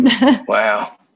Wow